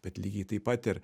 bet lygiai taip pat ir